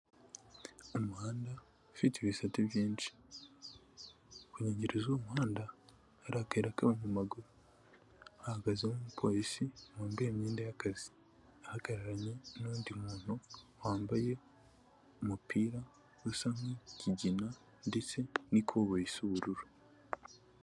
Umuhanda ufite ibisate byinshi. Ku nkengero z'uwo muhanda hari akayira k'abanyamaguru. Hahagazeho umupolisi wambaye imyenda y'akazi. Ahagararanye n'undi muntu wambaye umupira usa nk'ikigina ndetse n'ikoboyi isa ubururu.